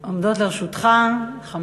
עומדות לרשותך 15